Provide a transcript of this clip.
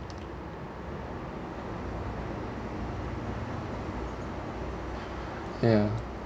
ya